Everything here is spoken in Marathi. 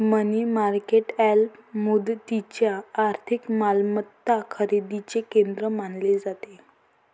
मनी मार्केट अल्प मुदतीच्या आर्थिक मालमत्ता खरेदीचे केंद्र मानले जाते